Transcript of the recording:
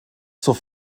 zur